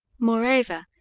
moreover,